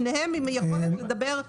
שניהם עם יכולת לדבר.